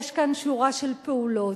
יש כאן שורה של פעולות